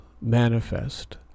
manifest